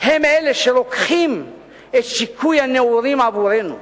הם אלה שרוקחים את שיקוי הנעורים עבורנו,